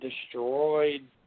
destroyed